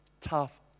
tough